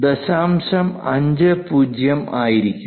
50 ആയിരിക്കും